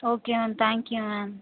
okay ma'am thank you ma'am